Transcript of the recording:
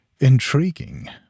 intriguing